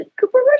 Cooper